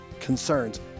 Concerns